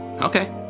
Okay